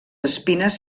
espines